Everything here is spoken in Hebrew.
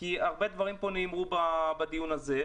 כי הרבה דברים נאמרו פה בדיון הזה,